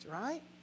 right